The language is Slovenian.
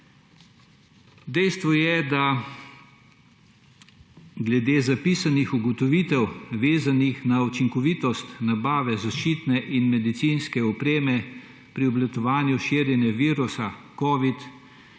Dejstvo je, da se glede zapisanih ugotovitev, vezanih na učinkovitost nabave zaščitne in medicinske opreme pri obvladovanju širjenja virusa covid,